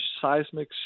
seismic